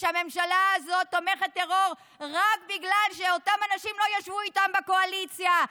ושהממשלה הזאת תומכת טרור רק בגלל שאותם אנשים לא ישבו איתם בקואליציה.